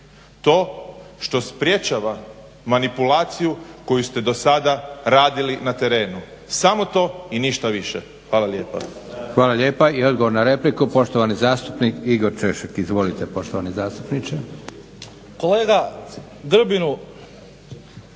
to što sprječava manipulaciju koju ste do sada radili na terenu. Samo to i ništa više. Hvala lijepa. **Leko, Josip (SDP)** Hvala lijepa. I odgovor na repliku poštovani zastupnik Igor Češek. Izvolite poštovani zastupniče.